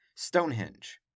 Stonehenge